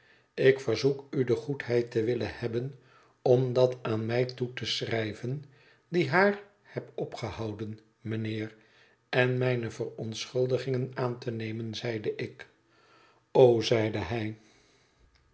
ik verzoek u de goedheid te willen hebben om dat aan mij toe te schrijven die haar heb opgehouden mijnheer en mijne verontschuldigingen aan te nemen zeide ik o zeide hij